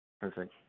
Perfect